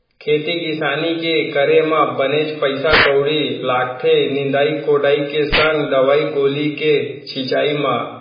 खेती किसानी के करे म बनेच पइसा कउड़ी लागथे निंदई कोड़ई के संग दवई गोली के छिंचाई म